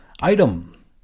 Item